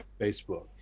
Facebook